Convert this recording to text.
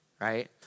right